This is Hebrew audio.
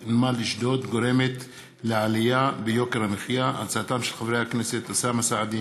של חברי הכנסת אוסאמה סעדי,